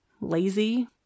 lazy